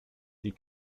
sie